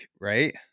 right